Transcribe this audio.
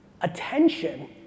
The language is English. Attention